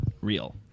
real